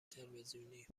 تلویزیونی